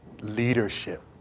leadership